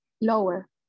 Lower